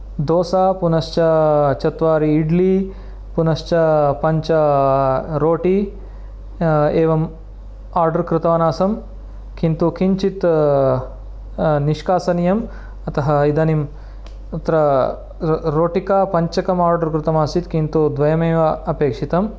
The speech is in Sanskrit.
दोसा पुनश्च चत्वारि इड्ली पुनश्च पञ्च रोटी एवम् आर्डर् कृतवानासं किन्तु किञ्चित् निष्कासनीयम् अतः इदानीं तत्र रोटिकापञ्चकमार्डर् कृतमासीत् किन्तु द्वयमेव अपेक्षितं